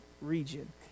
region